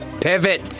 pivot